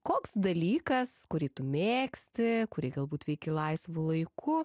koks dalykas kurį tu mėgsti kurį galbūt veiki laisvu laiku